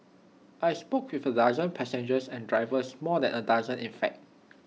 I spoke with A dozen passengers and drivers more than A dozen in fact